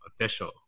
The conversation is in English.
official